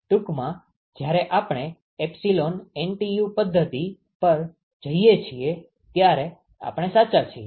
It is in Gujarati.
ટૂંકમાં જ્યારે આપણે એપ્સીલોન NTU પદ્ધતિ પર જઈએ છીએ ત્યારે આપણે સાચા છીએ